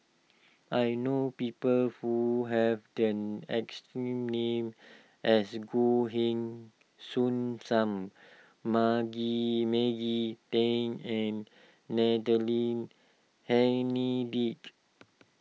I know people who have the exact name as Goh Heng Soon Sam Maggie Maggie Teng and Natalie Hennedige